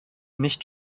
nicht